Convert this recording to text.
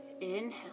inhale